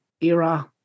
era